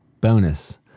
Bonus